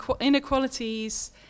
inequalities